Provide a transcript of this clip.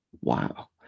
Wow